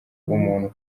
umuntu